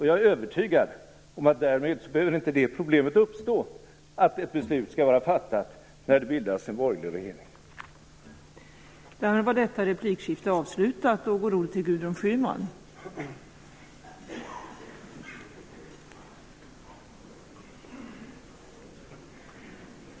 Jag är övertygad om att problemet, att ett beslut skall vara fattat när det bildas en borgerlig regering, därmed inte behöver uppstå.